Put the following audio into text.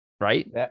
right